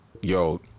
Yo